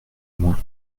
moins